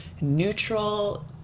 neutral